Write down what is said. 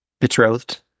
betrothed